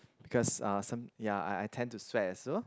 because uh some ya I I tend to sweat as well